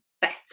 better